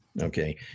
okay